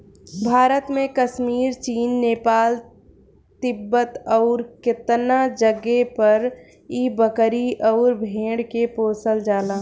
भारत में कश्मीर, चीन, नेपाल, तिब्बत अउरु केतना जगे पर इ बकरी अउर भेड़ के पोसल जाला